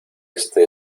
este